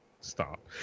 stop